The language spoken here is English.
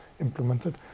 implemented